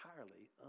entirely